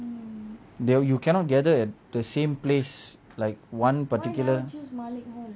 you cannot gather at the same place like one particular